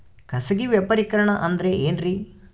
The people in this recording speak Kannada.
ಖಾಸಗಿ ವ್ಯಾಪಾರಿಕರಣ ಅಂದರೆ ಏನ್ರಿ?